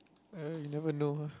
well you never know ah